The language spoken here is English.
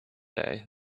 day